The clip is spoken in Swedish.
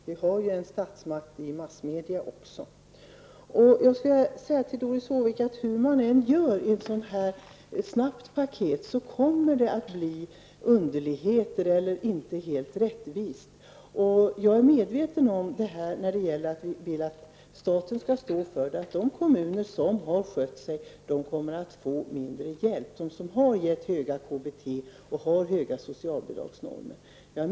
Vi har ju en statsmakt i massmedia också. Till Doris Håvik skulle jag vilja säga att hur man än gör när det gäller ett sådant här snabbt paket kommer det att uppstå underligheter och blir inte helt rättvist. Jag är medveten om att en följd av att vi vill att staten skall stå för hela kostnaden blir att de kommuner som har skött sig kommer att få mindre hjälp; de som har gett höga KBT och har höga socialbidragsnormer.